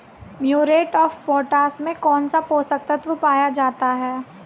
Muriate of potash में कौन सा पोषक तत्व पाया जाता है?